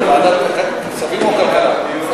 כספים או כלכלה.